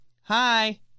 Hi